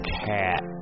cat